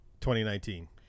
2019